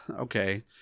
okay